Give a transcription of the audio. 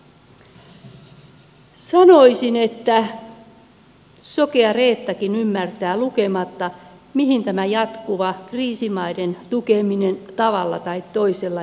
sanoisin että sokea reettakin ymmärtää lukematta mihin tämä jatkuva kriisimaiden tukeminen tavalla tai toisella johtaa